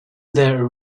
their